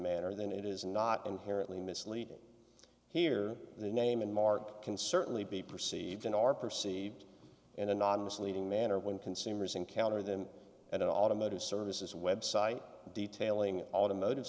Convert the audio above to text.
manner then it is not inherently misleading here the name and mark can certainly be perceived in our perceived and anonymous leading manner when consumers encounter them at automotive services website detailing automotive